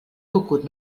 cucut